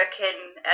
working